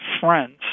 friends